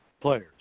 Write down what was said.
players